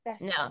No